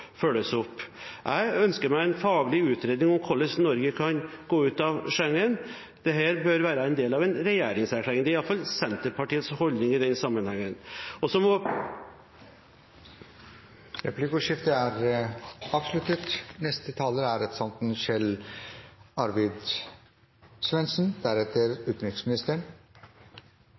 følges opp. Jeg ønsker meg en faglig utredning om hvordan Norge kan gå ut av Schengen. Dette bør være en del av en regjeringserklæring – det er iallfall Senterpartiets holdning i den sammenheng. Replikkordskiftet er avsluttet.